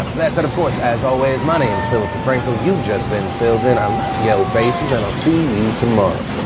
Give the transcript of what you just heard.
that's that's it of course as always my name's philip defranco you've just been phill'd in. i love yo faces, and i'll see you tomorrow